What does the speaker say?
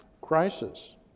crisis